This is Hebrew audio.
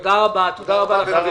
תודה רבה חברים.